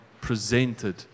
presented